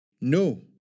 No